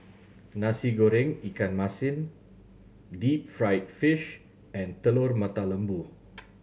Nasi Goreng ikan masin deep fried fish and Telur Mata Lembu